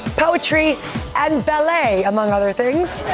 poetry and ballet, among other things.